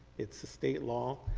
it's the state law.